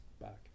back